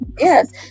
yes